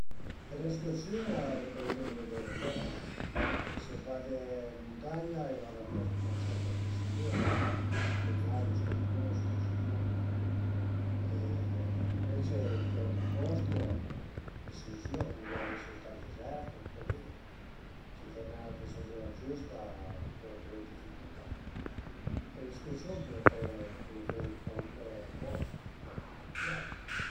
Ün'escürsiun ëntà vëddi ëndua deve andé perché se vade ën muntagna a i va 'na certa atresadüra, tipo zaino, scarpun, causetun e ënvece ënt i autri post, l'escürsiun a pudrìa ese ënt ël dezert anche li, se l'as nen l'atresadüra giüsta, pöle truvé dë dificultà e l'escürsiun pöle feie ën cualuncue post ch'a t'piazu